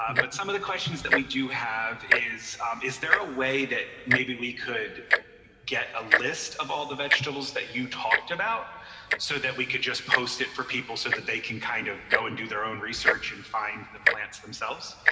um but some of the questions that we do have is is there a way that maybe we could get a list of all the vegetables that you talked about so that we could just post it for people so that they can kind of go and do their own research and find the plants themselves?